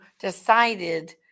decided